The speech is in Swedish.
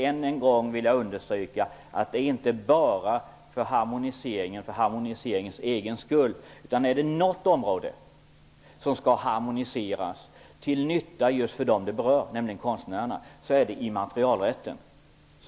Än en gång vill jag understryka att vi inte vill harmonisera bara för harmoniseringens egen skull. Om det är något område som skall harmoniseras, till nytta för dem som berörs, nämligen konstnärerna, så är det när det gäller immaterialrätten.